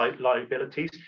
liabilities